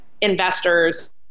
investors